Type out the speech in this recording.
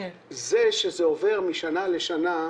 זה שהם עוברים משנה לשנה,